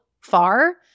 far